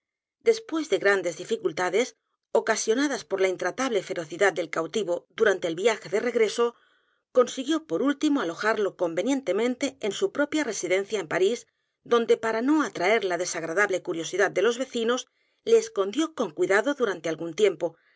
después de grandes dificultades ocasionadas por la intratable ferocidad del cautivo durante el viaje de regreso consiguió por liltimo alojarlo convenientemente en su propia residencia en p a r í s donde p a r a no atraer la desagradable curiosidad de los vecinos le escondió con cuidado durante algún tiempo